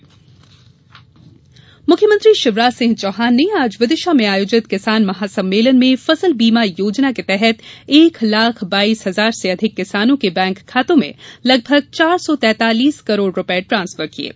CM यात्रा मुख्यमंत्री शिवराज सिंह चौहान ने आज विदिशा में आयोजित किसान महासम्मेलन में फसल बीमा योजना के तहत एक लाख बाइस हजार से अधिक किसानों के बैंक खातों में लगभग चार सौ तैतालीस करोड़ रुपये ट्रांसफर किये